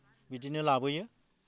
बिदिनो लाबोयो